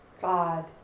God